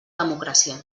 democràcia